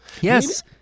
Yes